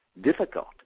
Difficult